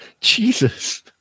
Jesus